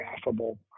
affable